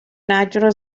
natural